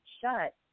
shut